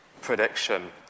prediction